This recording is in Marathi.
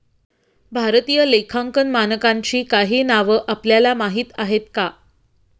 भारतीय लेखांकन मानकांची काही नावं आपल्याला माहीत आहेत का?